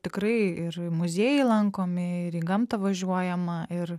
tikrai ir muziejai lankomi ir į gamtą važiuojama ir